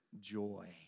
joy